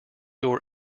door